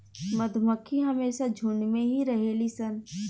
मधुमक्खी हमेशा झुण्ड में ही रहेली सन